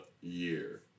year